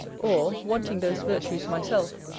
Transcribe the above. or, wanting those virtues myself,